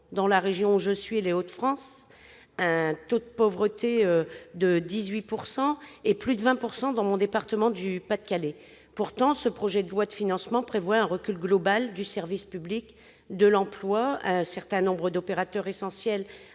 dans ma région, les Hauts-de-France, dont le taux de pauvreté atteint 18 %, plus de 20 % dans mon département du Pas-de-Calais. Pourtant, ce projet de loi de finances organise un recul global du service public de l'emploi, et un certain nombre d'opérateurs essentiels